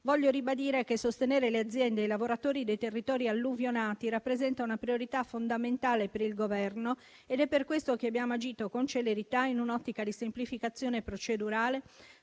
Voglio ribadire che sostenere le aziende e i lavoratori dei territori alluvionati rappresenta una priorità fondamentale per il Governo ed è per questo che abbiamo agito con celerità in un'ottica di semplificazione procedurale,